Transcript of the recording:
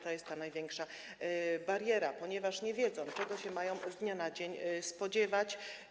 To jest ta największa bariera, ponieważ oni nie wiedzą, czego się mają z dnia na dzień spodziewać.